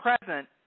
present